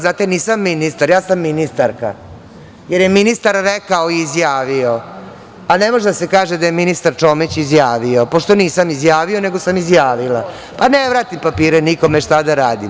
Znate, nisam ministar, ja sam ministarka, jer je ministar rekao i izjavio, a ne može da se kaže da je ministar Čomić izjavio, pošto nisam „izjavio“, nego sam „izjavila“, pa ne vratim papire nikome, šta da radim?